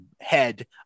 head